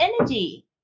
energy